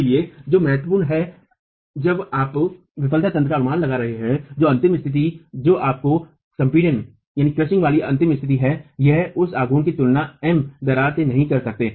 इसलिए जो महत्वपूर्ण है जब आप विफलता तंत्र का अनुमान लगा रहे हैं तो अंतिम स्थिति जो आपको संपीडन वाली अंतिम स्थिति है उस आघूर्ण की तुलना M दरार से नहीं कर सकते